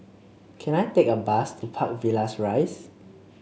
can I take a bus to Park Villas Rise